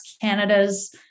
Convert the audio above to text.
Canada's